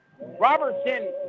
Robertson